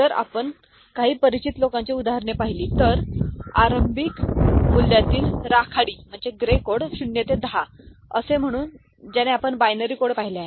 जर आपण अशा काही परिचित लोकांची उदाहरणे पाहिली तर आरंभिक मूल्यातील राखाडी कोड 0 ते 10 असे म्हणू ज्याने आपण बायनरी कोड पाहिल्या आहेत